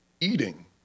eating